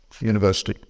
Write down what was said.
university